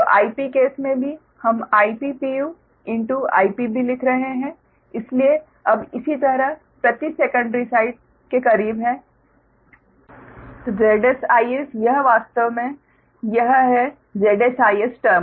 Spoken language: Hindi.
तो Ip केस मे भी हम Ip IpB लिख रहे हैं इसलिए अब इसी तरह प्रति सेकंडरी साइड के करीब है यह वास्तव में यह है - टर्म